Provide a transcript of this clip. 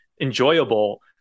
enjoyable